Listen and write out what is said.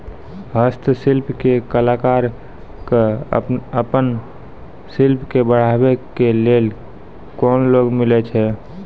हस्तशिल्प के कलाकार कऽ आपन शिल्प के बढ़ावे के लेल कुन लोन मिलै छै?